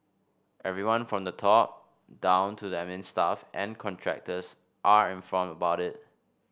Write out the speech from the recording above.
everyone from the top down to the admin staff and contractors are informed about it